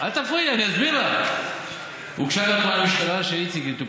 מה הקשר למה ששאלתי?